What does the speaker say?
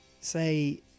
say